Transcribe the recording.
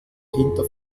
hinter